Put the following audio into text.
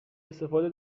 استفاده